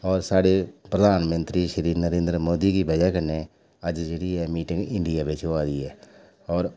ते होर साढ़े प्रधानमंत्री श्री नरेंद्र मोदी दी बजह कन्नै अज्ज जेह्ड़ी ऐ मीटिंग इंडिया बिच होआ दी ऐ होर